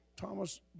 Thomas